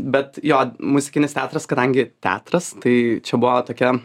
bet jo muzikinis teatras kadangi teatras tai čia buvo tokia